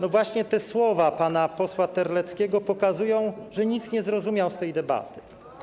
To właśnie te słowa pana posła Terleckiego pokazują, że nic nie zrozumiał z tej debaty.